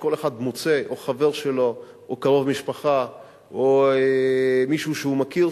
שכל אחד מוצא חבר שלו או קרוב משפחה או מישהו שהוא מכיר,